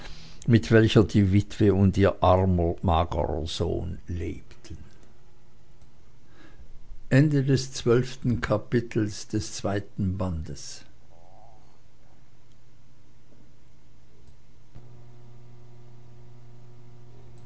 in welcher die witwe und ihr armer magerer sohn lebten